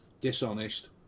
dishonest